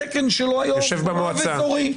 התקן שלו היום הוא רב אזורי.